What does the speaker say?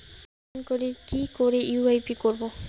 Scan করে কি করে ইউ.পি.আই করবো?